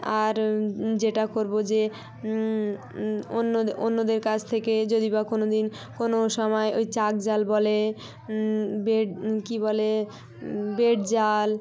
আর যেটা করব যে অন্যদের কাছ থেকে যদি বা কোনো দিন কোনো সময়ে ওই চাক জাল বলে বেড কী বলে বেড জাল